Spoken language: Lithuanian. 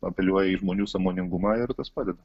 apeliuoja į žmonių sąmoningumą ir tas padeda